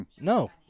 No